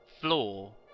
floor